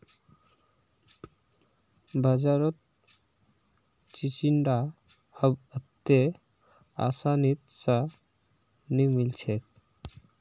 बाजारत चिचिण्डा अब अत्ते आसानी स नइ मिल छेक